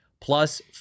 Plus